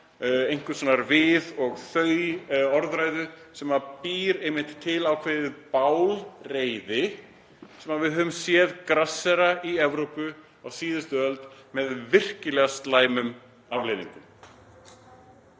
einhvers konar við/þau-orðræðu sem býr einmitt til ákveðna ofsareiði sem við sáum grassera í Evrópu á síðustu öld með virkilega slæmum afleiðingum.